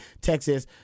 Texas